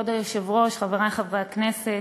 כבוד היושב-ראש, חברי חברי הכנסת,